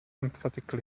emphatically